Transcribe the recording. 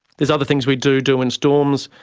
there's other things we do do in storms,